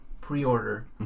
pre-order